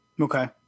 Okay